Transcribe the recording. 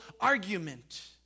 argument